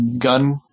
gun